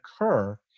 occur